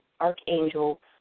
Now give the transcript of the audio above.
archangel